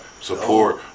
support